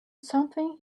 something